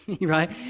Right